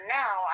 now